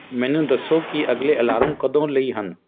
ਮੈਨੂੰ ਦੱਸੋ ਕਿ ਅਗਲੇ ਅਲਾਰਮ ਕਦੋਂ ਲਈ ਹਨ